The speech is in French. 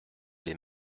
les